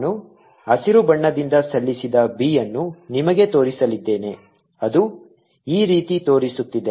ನಾನು ಹಸಿರು ಬಣ್ಣದಿಂದ ಸಲ್ಲಿಸಿದ b ಅನ್ನು ನಿಮಗೆ ತೋರಿಸಲಿದ್ದೇನೆ ಅದು ಈ ರೀತಿ ತೋರಿಸುತ್ತಿದೆ